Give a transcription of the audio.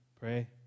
pray